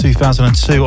2002